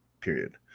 period